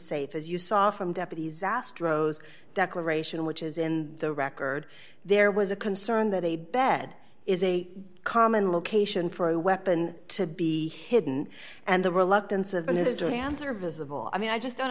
safe as you saw from deputies astro's declaration which is in the record there was a concern that a bed is a common location for a weapon to be hidden and the reluctance of mr hands are visible i mean i just don't